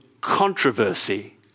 controversy